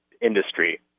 industry